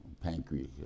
pancreas